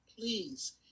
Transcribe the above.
Please